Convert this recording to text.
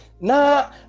Na